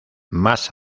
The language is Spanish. más